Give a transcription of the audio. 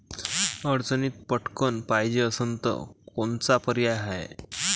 अडचणीत पटकण पायजे असन तर कोनचा पर्याय हाय?